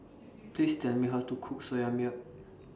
Please Tell Me How to Cook Soya Milk